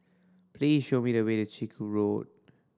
please show me the way Chiku Road